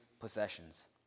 possessions